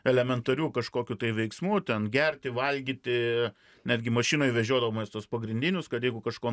elementariu kažkokiu tai veiksmu ten gerti valgyti netgi mašinoj vežiodavomės tuos pagrindinius kad jeigu kažko